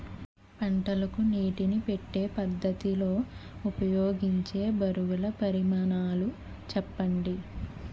పంటలకు నీటినీ పెట్టే పద్ధతి లో ఉపయోగించే బరువుల పరిమాణాలు చెప్పండి?